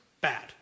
bad